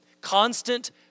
Constant